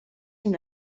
una